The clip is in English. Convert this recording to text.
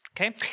Okay